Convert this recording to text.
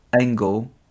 angle